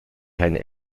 keine